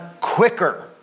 quicker